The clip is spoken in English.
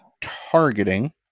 Targeting